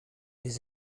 les